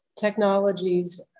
technologies